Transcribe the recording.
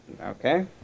Okay